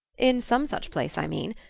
in some such place, i mean.